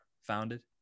founded